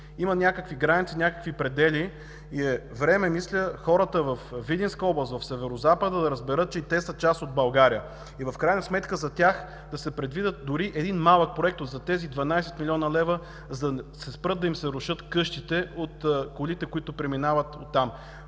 Има някакви граници, някакви предели и е време, мисля, хората във Видинска област, в Северозапада да разберат, че и те са част от България и в крайна сметка за тях да се предвиди дори един малък проект – тези 12 млн. лв., за да спрат да им се рушат къщите от преминаващите там